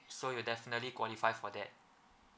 so you definitely qualify for that